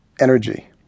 energy